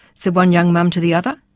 said one young mum to the other.